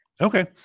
Okay